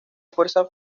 fuerza